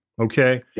Okay